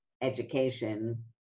education